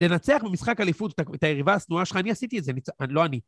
לנצח במשחק אליפות את היריבה השנואה שלך אני עשיתי את זה, לא אני.